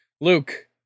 Luke